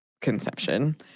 conception